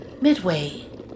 Midway